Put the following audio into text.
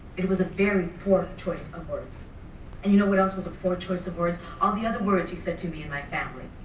it was a very poor choice of words. and you know what else was a poor choice of words, all the other words you said to me and my family.